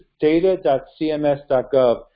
data.cms.gov